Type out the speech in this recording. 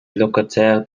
locataires